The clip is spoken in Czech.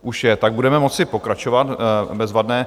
Už je, tak budeme moci pokračovat, bezvadné.